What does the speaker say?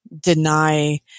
deny